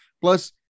Plus